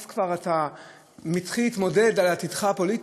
אז אתה מתחיל להתמודד על עתידך הפוליטי,